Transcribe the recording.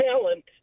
talent